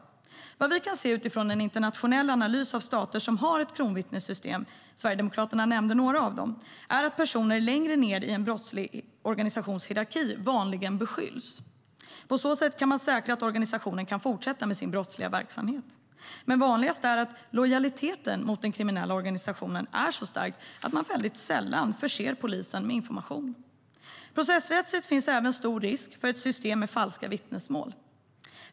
Vad vi kan se utifrån en internationell analys av stater som har ett kronvittnessystem - Sverigedemokraterna nämnde några av dem - är att personer längre ned i en brottslig organisations hierarki vanligen beskylls. På så sätt kan man säkra att organisationen kan fortsätta med sin brottsliga verksamhet. Det vanligaste är dock att lojaliteten mot den kriminella organisationen är så stark att man sällan förser polisen med information. Processrättsligt finns det även stor risk för ett system med falska vittnesmål.